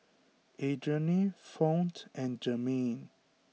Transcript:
Adriane Fount and Germaine